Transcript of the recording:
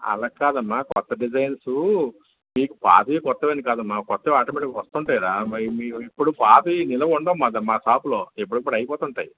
అలా కాదు అమ్మా కొత్త డిజైన్స్ మీకు పాతవి కొత్తవి అని కాదు అమ్మా కొత్తవి ఆటోమేటిక్గా వస్తూ ఉంటాయి రా ఇప్పుడు పాతవి నిలవ ఉండవు మా షాపులో ఎప్పటివి అప్పుడు అయిపోతూ ఉంటాయి